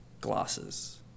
glasses